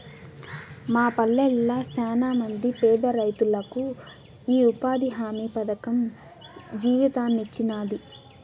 మా పల్లెళ్ళ శానమంది పేదరైతులకు ఈ ఉపాధి హామీ పథకం జీవితాన్నిచ్చినాది